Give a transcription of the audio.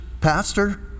pastor